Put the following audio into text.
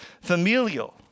familial